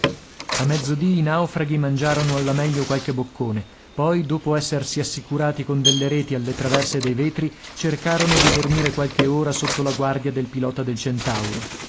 a mezzodì i naufraghi mangiarono alla meglio qualche boccone poi dopo essersi assicurati con delle reti alle traverse dei vetri cercarono di dormire qualche ora sotto la guardia del pilota del centauro